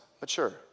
mature